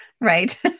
right